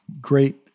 great